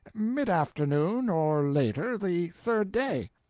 mid-afternoon, or later, the third day.